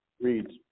Reads